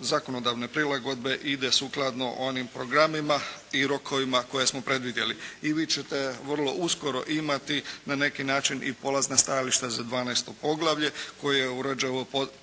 zakonodavne prilagodbe ide sukladno onim programima i rokovima koje smo predvidjeli i vi ćete vrlo uskoro imati na neki način i polazna stajališta za 12. poglavlje koje uređuje ovo područje